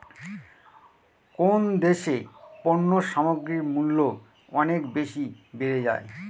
কোন দেশে পণ্য সামগ্রীর মূল্য অনেক বেশি বেড়ে যায়?